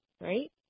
right